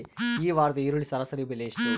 ಈ ವಾರದ ಈರುಳ್ಳಿ ಸರಾಸರಿ ಬೆಲೆ ಎಷ್ಟು?